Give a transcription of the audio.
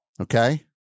Okay